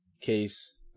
case